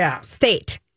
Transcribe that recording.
state